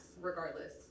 regardless